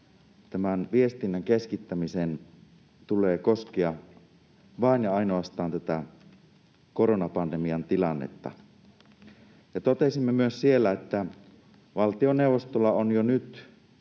tämän viestinnän keskittämisen tulee koskea vain ja ainoastaan tätä koronapandemian tilannetta. Totesimme siellä myös, että valtioneuvostolla on jo nyt